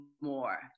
more